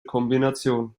kombination